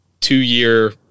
two-year